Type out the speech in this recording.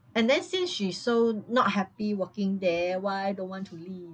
and then since she's so not happy working there why don't want to leave